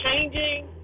changing